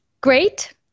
Great